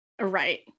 Right